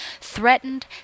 Threatened